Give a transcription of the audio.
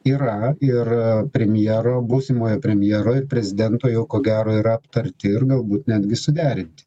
yra ir premjero būsimojo premjero ir prezidento jau ko gero yra aptarti ir galbūt netgi suderinti